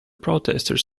protesters